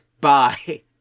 Bye